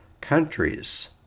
countries